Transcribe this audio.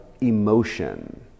emotion